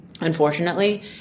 unfortunately